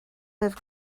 libh